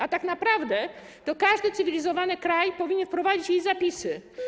A tak naprawdę to każdy cywilizowany kraj powinien wprowadzić jej zapisy.